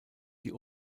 die